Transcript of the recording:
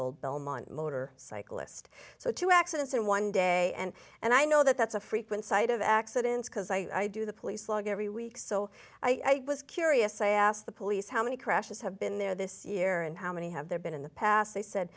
old belmont motor cyclist so two accidents in one day and and i know that that's a frequent sight of accidents because i do the police log every week so i was curious i asked the police how many crashes have been there this year and how many have there been in the past they said